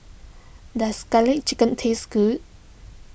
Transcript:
does Garlic Chicken taste good